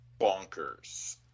bonkers